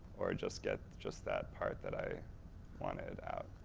or just get just that part that i wanted out.